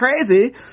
crazy